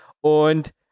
Und